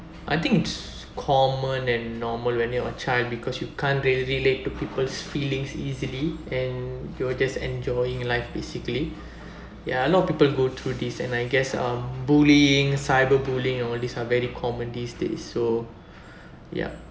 I think it's common and normal when you're a child because you can't really relate to people's feelings easily and you are just enjoying life basically ya a lot of people go through this and I guess um bullying cyber bullying all these are very common these days so ya